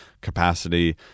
capacity